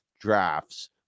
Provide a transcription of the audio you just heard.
drafts